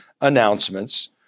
announcements